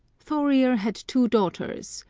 thorir had two daughters,